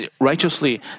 righteously